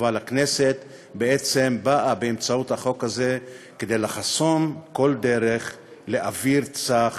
הכנסת באה באמצעות החוק הזה לחסום כל דרך לאוויר צח